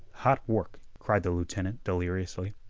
hot work! cried the lieutenant deliriously.